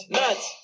nuts